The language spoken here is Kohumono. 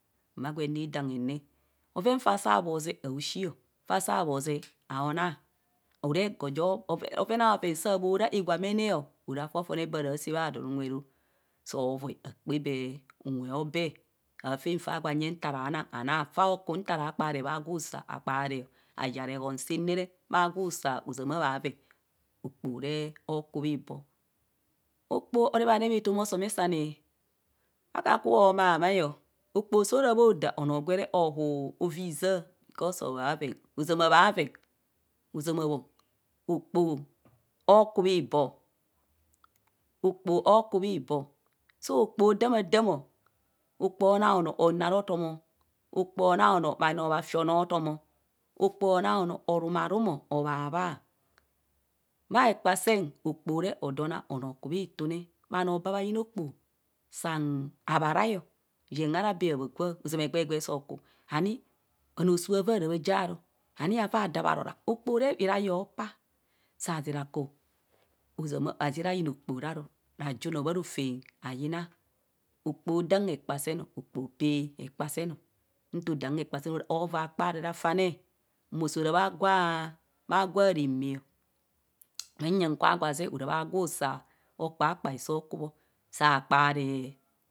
Mma gevenne adaam hone, rhoven faa saa bhovee aoshiio, faa saa bho zee aunaa, ara ego bhoven ao ven saa bhora iwamene ara gwagwane gwo ro saa bha donanw e o, soo vai akpaa kee unwe abee afaan faa gwa nyeng nta raa nang anang, faa kii nta ra kpaare bhagwusa akparee, avaa rehen saa ne re bha gwusa ozama bhaveng okpoho re okubiboo. okpoho so ra bhoda ahu ovizaa because at bhoven ozama bhaven, ozema bho, akpoho akucho okpoho akubhiboor, so okpoho onaa anvo onaa atom okpoho anonng bhafi anoo otom okpoho ana anoo oramarum, obhabha bha ekpa seen okpoho re odona onoo okuba itune bhanoo bhayinsa akpoho saan habharai yen ara bee habhagwa ozama egbee egbee so, oku ani bhanosuu owaraa bhajie aro, ani avaa da bharora okpoho re bhirai hopaa, zira ku ozama azira rajunor bharofam hayina. okpoho dam hekpa seen o okpoho opee hekpa seen, nto dam hekpa sen ora akpaare rafone, mo so ra bhagwa ramaa o nyya nya kwa gwa zeng okpakpa so kubo